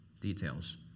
details